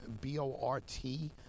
B-O-R-T